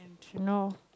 you know